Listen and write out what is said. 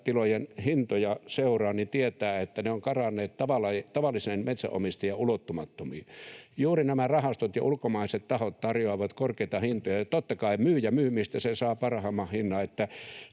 metsätilojen hintoja seuraa, tietää, että ne ovat karanneet tavallisen metsänomistajien ulottumattomiin. Juuri nämä rahastot ja ulkomaiset tahot tarjoavat korkeita hintoja, ja totta kai myyjä myy sinne, mistä se saa parhaimman hinnan.